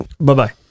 Bye-bye